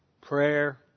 prayer